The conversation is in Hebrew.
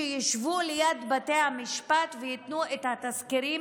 שישבו ליד בתי המשפט וייתנו את התזכירים